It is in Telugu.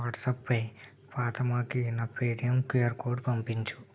వాట్సాప్పై ఫాతిమాకి నా పేటిఎమ్ కూఆర్ కోడ్ పంపించు